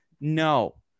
No